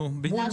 נו, בדיוק.